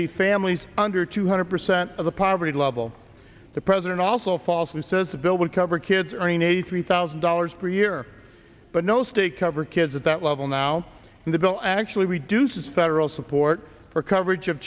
be families under two hundred percent of the poverty level the president also falsely says the bill would cover kids are in a three thousand dollars per year but no stay cover kids at that level now and the bill actually reduces federal support for coverage of